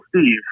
Steve